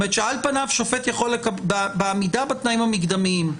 זאת אומרת שעל פניו בעמידה בתנאים המקדמיים,